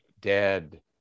dead